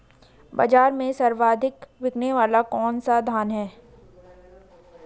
बाज़ार में सर्वाधिक बिकने वाला कौनसा धान है?